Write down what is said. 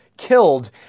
killed